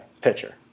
pitcher